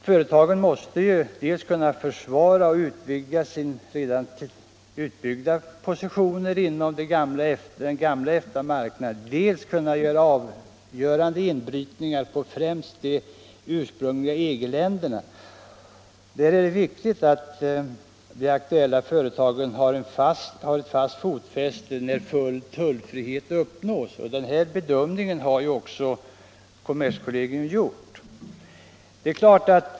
Företagen måste ju dels kunna försvara, dels utvidga sina positioner inom den gamla EFTA-marknaden, dels också kunna göra avgörande inbrytningar på främst de ursprungliga EG-länderna. Det är mycket viktigt att de aktuella företagen där har ett bra fotfäste när full tullfrihet uppnås. Den bedömningen har också kommerskollegium gjort.